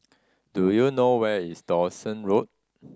do you know where is Dawson Road